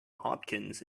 hopkins